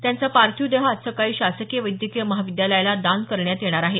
त्यांचा पार्थिव देह आज सकाळी शासकीय वैद्यकीय महाविद्यालयाला दान करण्यात येणार आहे